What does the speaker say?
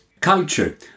culture